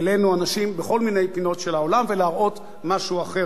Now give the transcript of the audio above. אנשים בכל מיני פינות של העולם ולהראות משהו אחר עלינו.